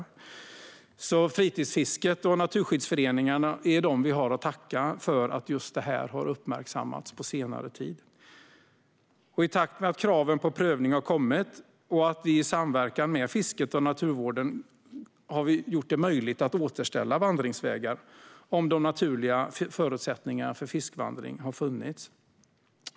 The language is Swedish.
Vi har fritidsfisket och naturskyddsföreningarna att tacka för att just detta har uppmärksammats på senare tid. I takt med att kraven på prövning har kommit har vi i samverkan med fisket och naturvården gjort det möjligt att återställa vandringsvägar om de naturliga förutsättningarna för fiskvandring har funnits.